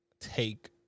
take